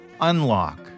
unlock